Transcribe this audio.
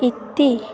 ଇତି